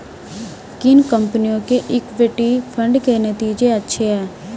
किन कंपनियों के इक्विटी फंड के नतीजे अच्छे हैं?